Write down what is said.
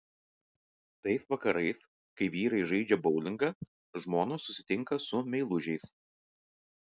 tais vakarais kai vyrai žaidžia boulingą žmonos susitinka su meilužiais